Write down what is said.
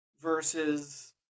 versus